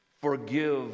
forgive